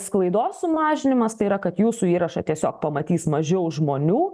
sklaidos sumažinimas tai yra kad jūsų įrašą tiesiog pamatys mažiau žmonių